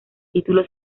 título